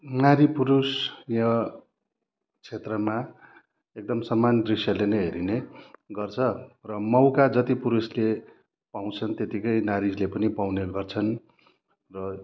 नारी पुरुष यो क्षेत्रमा एकदम समान दृश्यले नै हेरिने गर्छ र मौका जति पुरुषले पाउँछन् त्यतिकै नारीहरूले पनि पाउने गर्छन् र